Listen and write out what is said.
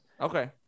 Okay